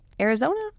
arizona